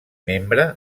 membre